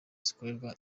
zikoresha